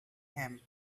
him